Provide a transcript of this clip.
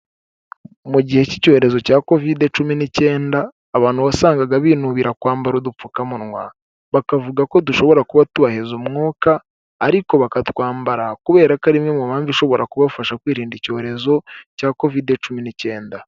Mu gihe cy'icyorezo cya Covid cumi n'icyenda, abantu wasangaga binubira kwambara udupfukamunwa, bakavuga ko dushobora kuba tubaheza umwuka, ariko bakatwambara kubera ko ari imwe mu mpamvu ishobora kubafasha kwirinda icyorezo cya Covid cumi n'icyenda.